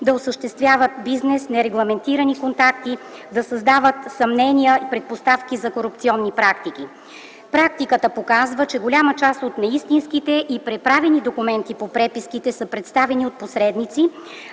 да осъществяват бизнес, нерегламентирани контакти, да създават съмнения и предпоставки за корупционни практики. Практиката показва, че голяма част от неистинските и преправени документи по преписките са представени от посредници,